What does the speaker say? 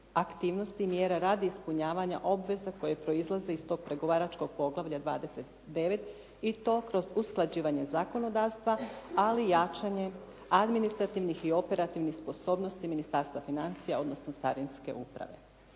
aktivnosti i mjera radi ispunjavanja obveza koje proizlaze iz tog pregovaračkog poglavlja 29. i to kroz usklađivanje zakonodavstva ali i jačanje administrativnih i operativnih sposobnosti Ministarstva financija odnosno carinske uprave.